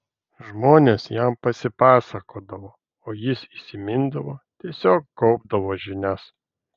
žmonės jam pasipasakodavo o jis įsimindavo tiesiog kaupdavo žinias